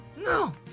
No